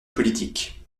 politique